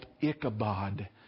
Ichabod